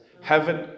Heaven